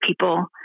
people